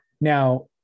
Now